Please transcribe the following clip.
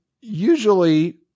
usually